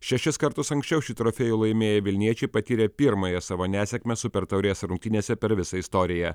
šešis kartus anksčiau šį trofėjų laimėję vilniečiai patyrė pirmąją savo nesėkmę super taurės rungtynėse per visą istoriją